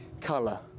color